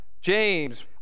James